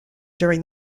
during